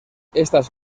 estas